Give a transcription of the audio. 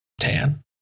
tan